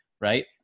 right